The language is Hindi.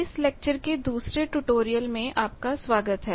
इस लेक्चर के दूसरे ट्यूटोरियल में आपका स्वागत है